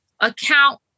account